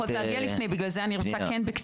בכבוד.